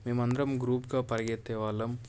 మేము అందరం గ్రూప్గా పరిగెత్తేవాళ్ళం